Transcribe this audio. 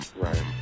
Right